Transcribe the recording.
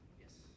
Yes